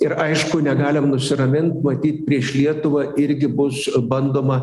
ir aišku negalim nusiramint matyt prieš lietuvą irgi bus bandoma